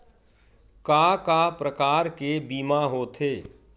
का का प्रकार के बीमा होथे?